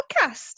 Podcast